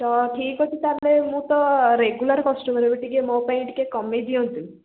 ତ ଠିକ୍ ଅଛି ତାହେଲେ ମୁଁ ତ ରେଗୁଲାର୍ କଷ୍ଟମର୍ ହେବି ଟିକିଏ ମୋ ପାଇଁ ଟିକିଏ କମେଇ ଦିଅନ୍ତୁ